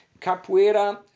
Capoeira